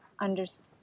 understand